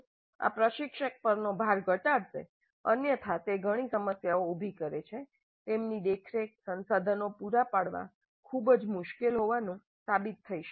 આ પ્રશિક્ષક પરનો ભાર ઘટાડશે અન્યથા તે ઘણી સમસ્યાઓ ઊભી કરે છે તેમની દેખરેખ સંસાધનો પૂરા પાડવા ખૂબ જ મુશ્કેલ હોવાનું સાબિત થઈ શકે છે